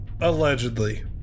allegedly